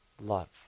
Love